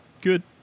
Good